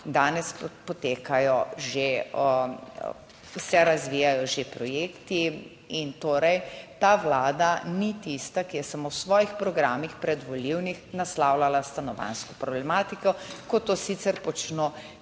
danes potekajo že se razvijajo že projekti. In torej ta Vlada ni tista, ki je samo v svojih programih predvolilnih, naslavljala stanovanjsko problematiko, kot to sicer počno